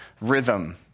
rhythm